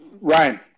Ryan